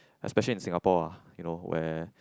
especially in Singapore ah you know where